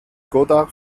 godard